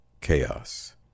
chaos